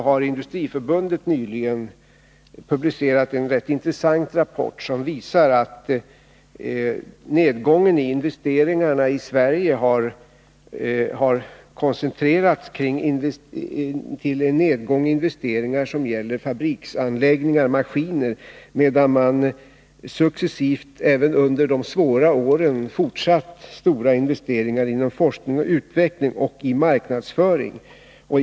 Industriförbundet har nyligen publicerat en rätt intressant rapport som visar att nedgången i investeringarna i Sverige har koncentrerats till fabriksanläggningar och maskiner medan man, även under de svåra åren, har fortsatt att göra stora investeringar inom forskning, utveckling och marknadsföring.